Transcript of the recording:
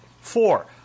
Four